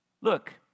look